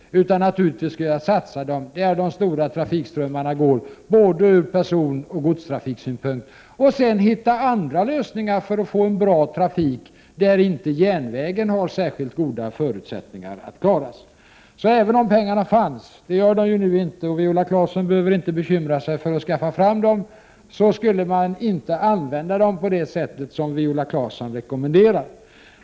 Naturligtvis skulle jag satsa pengarna där de ur både personoch godstrafiksynpunkt stora trafikströmmarna går. Sedan skulle jag hitta andra lösningar för att få en bra trafiksituation där järnvägen inte har särskilt goda förutsättningar att klara sig. Även om pengarna fanns — vilket de inte gör, och Viola Claesson behöver inte bekymra sig för att skaffa fram dem — skulle jag inte använda dem på det sätt som Viola Claesson rekommenderar.